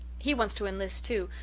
he wants to enlist, too,